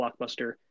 Blockbuster